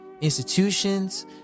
institutions